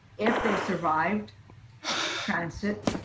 if they survived transit,